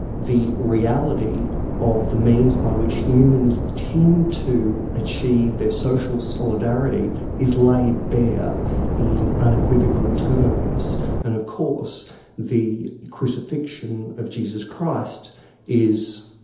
the reality of the means by which humans tend to achieve their social solidarity is laid bare in unequivocal terms, and of course the crucifixion of jesus christ is,